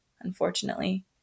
unfortunately